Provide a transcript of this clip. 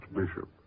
Bishop